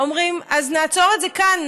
אומרים: אז נעצור את זה כאן,